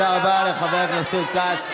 שעמדת כאן ואמרת, תודה רבה לחבר הכנסת אופיר כץ.